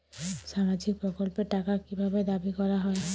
সামাজিক প্রকল্পের টাকা কি ভাবে দাবি করা হয়?